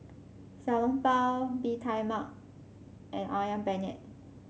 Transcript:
Xiao Long Bao Bee Tai Mak and ayam penyet